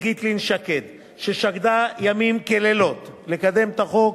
גיטלין-שקד ששקדה ימים ולילות לקדם את החוק.